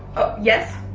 yes,